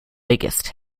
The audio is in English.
biggest